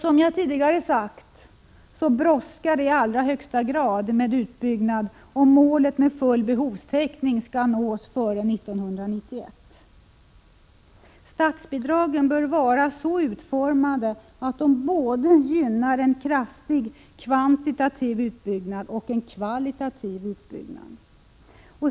Som jag tidigare sagt brådskar det i allra högsta grad med utbyggnaden, om målet full behovstäckning skall nås före 1991. Statsbidragen skall vara så utformade att de både gynnar en kraftig kvantitativ utbyggnad och en kvalitativ sådan.